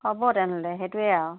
হ'ব তেনেহ'লে সেইটোৱে আৰু